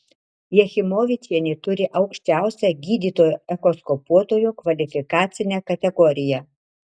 jachimovičienė turi aukščiausią gydytojo echoskopuotojo kvalifikacinę kategoriją